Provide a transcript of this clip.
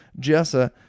Jessa